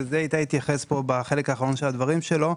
ואיתי התייחס אליו בחלק האחרון של הדברים שלו,